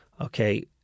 okay